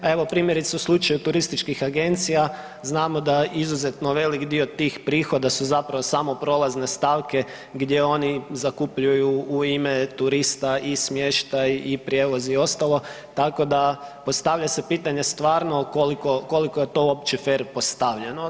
A evo primjerice u slučaju turističkih agencija znamo da izuzetno velik dio tih prihoda su zapravo samo prolazne stavke gdje oni zakupljuju u ime turista i smještaj i prijevoz i ostalo, tako da postavlja se pitanje stvarno koliko, koliko je to uopće fer postavljeno?